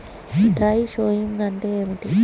Dry sowing అంటే ఏమిటి?